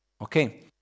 Okay